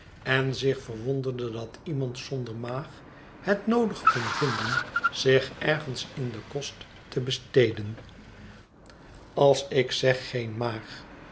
en zich verwonderde dat iemand zonder maag het noodig kon vinden zich ergens in den kost te besteden als ik zeg geen maag